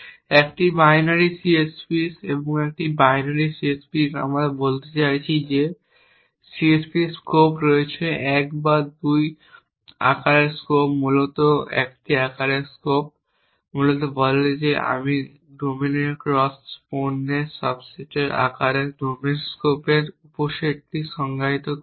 একটি binary C S Ps এবং একটি বাইনারি C S Ps আমরা বলতে চাইছি যে C S P এর স্কোপ রয়েছে 1 বা 2 এর আকারের স্কোপ মূলত 1 আকারের স্কোপ মূলত বলে যে আমি 2 ডোমেনের ক্রস পণ্যের সাবসেটের আকারের ডোমেন স্কোপের উপসেটকে সংজ্ঞায়িত করছি